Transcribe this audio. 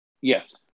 Yes